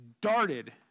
darted